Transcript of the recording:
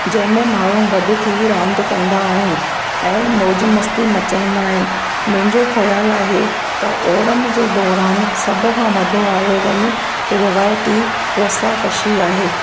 जंहिं में माण्हू गॾु थी रांदि कंदा आहिनि ऐं मौज मस्ती मचाईंदा आहिनि मुंहिंजो ख़्याल आहे त ओणम जे दौरानि सभु खां वॾो आयोजनु रिवाइती रस्साकशी आहे